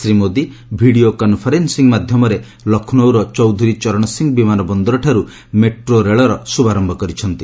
Shri Modi video କନ୍ଫରେନ୍ସି ମାଧ୍ୟମରେ ଲକ୍ଷ୍ରୌର ଚୌଧୁରୀ ଚରଣସିଂ ବିମାନ ବନ୍ଦରଠାରୁ metro ରେଳର ଶୁଭାରୟ କରିଛନ୍ତି